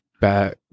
back